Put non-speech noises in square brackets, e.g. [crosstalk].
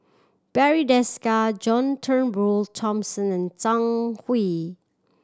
Barry Desker John Turnbull [unintelligible] Thomson and Zhang Hui